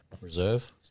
Reserve